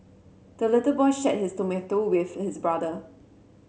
the little boy shared his tomato with his brother